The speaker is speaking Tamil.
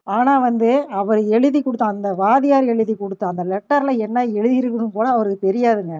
ஆனால் வந்து அவர் எழுதி கொடுத்த அந்த வாத்தியார் எழுதி கொடுத்த அந்த லெட்டரில் என்ன எழுதியிருக்குன்னுகூட அவருக்கு தெரியாதுங்க